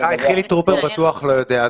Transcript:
חילי טרופר בטוח לא יודע.